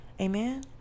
amen